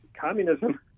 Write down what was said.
communism